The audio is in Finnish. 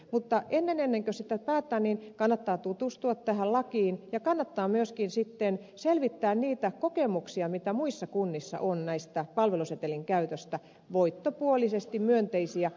mutta ennen kuin siitä päätetään kannattaa tutustua tähän lakiin ja kannattaa myöskin selvittää niitä kokemuksia mitä muissa kunnissa on palvelusetelin käytöstä voittopuolisesti myönteisiä